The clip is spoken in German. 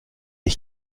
ich